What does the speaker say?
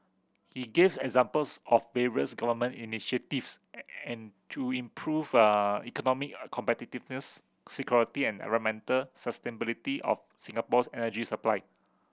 he gave examples of various Government initiatives and to improve economic competitiveness security and environmental sustainability of Singapore's energy supply